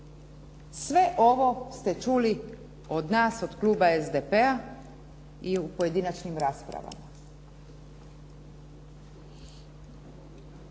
sve ovo ste čuli od nas, od Kluba SDP-a, i u pojedinačnim raspravama.